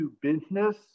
business